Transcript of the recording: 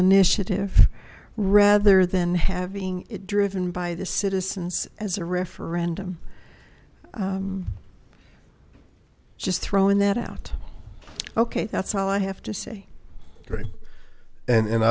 initiative rather than having it driven by the citizens as a referendum just throwing that out okay that's all i have to say great and